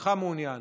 אינך מעוניין,